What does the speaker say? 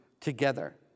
together